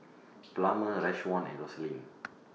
Plummer Rashawn and Rosalind